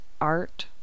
art